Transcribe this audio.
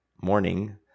morning